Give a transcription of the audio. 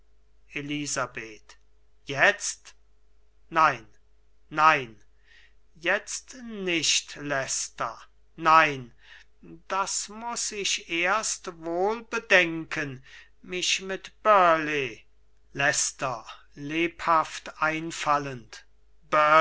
elisabeth jetzt nein nein jetzt nicht leicester nein das muß ich erst wohl bedenken mich mit burleigh leicester lebhaft einfallend